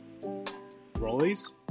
Rollies